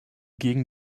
gegen